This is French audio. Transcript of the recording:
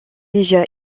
déjà